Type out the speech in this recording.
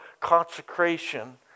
consecration